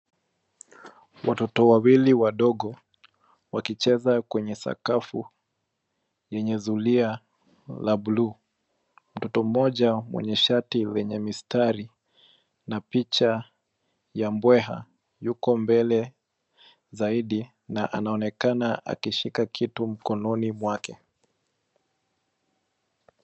Watoto wawili wadogo wakicheza kwenye sakafu yenye zulia la buluu. Mtoto mmoja mwenye shati la mistari na picha ya mbweha yuko mbele zaidi na anaonekana akishika kitu mkononi mwake.